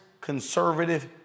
conservative